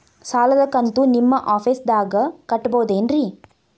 ಸಾಲದ ಕಂತು ನಿಮ್ಮ ಆಫೇಸ್ದಾಗ ಕಟ್ಟಬಹುದೇನ್ರಿ?